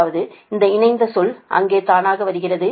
அதாவது அந்த இணைந்த சொல் அங்கே தானாக வருகிறது